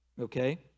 Okay